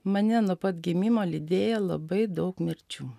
mane nuo pat gimimo lydėjo labai daug mirčių